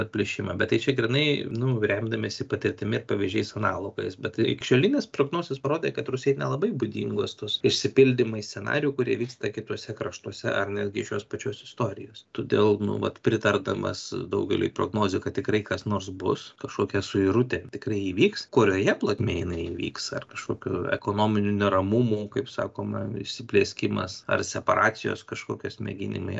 atplyšimą bet tai čia grynai nu remdamiesi patirtimi pavyzdžiais analogais bet ligšiolinės prognozės parodė kad rusijai nelabai būdingos tos išsipildymai scenarijų kurie vyksta kituose kraštuose ar netgi iš jos pačios istorijos todėl nu vat pritardamas daugeliui prognozių kad tikrai kas nors bus kažkokia suirutė tikrai įvyks kurioje plotmėj jinai įvyks ar kažkokių ekonominių neramumų kaip sakoma įsiplieskimas ar separacijos kažkokios mėginimai